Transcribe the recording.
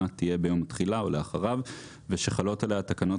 תהיה ביום התחילה או לאחריו ושחלות עליה תקנות